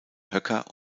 höcker